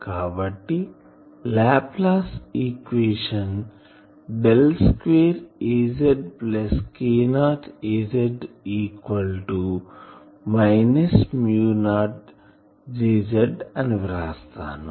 కాబట్టి Laplace equation del square Az plus k0 Az minus mu naught Jz అని వ్రాస్తాను